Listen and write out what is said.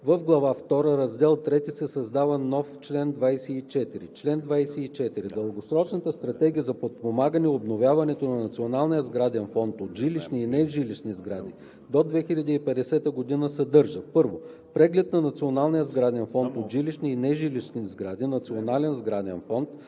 В глава втора, раздел III се създава нов чл. 24: „Чл. 24. Дългосрочната стратегия за подпомагане обновяването на националния сграден фонд от жилищни и нежилищни сгради до 2050 г. съдържа: 1. преглед на националния сграден фонд от жилищни и нежилищни сгради (национален сграден фонд)